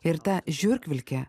ir ta žiurkvilkę